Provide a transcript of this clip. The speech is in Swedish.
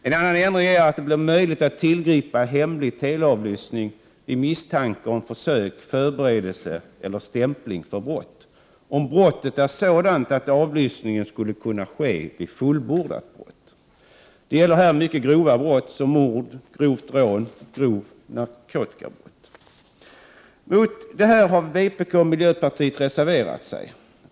En annan ändring är att det blir möjligt att tillgripa hemlig teleavlyssning vid misstanke om försök, förberedelse eller stämpling för brott om brottet är sådant att avlyssning skulle kunna ske vid fullbordat brott. Det gäller mycket grova brott som mord, grovt rån och grovt narkotikabrott. Vpk och miljöpartiet har reserverat sig mot detta.